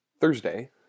Thursday